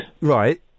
Right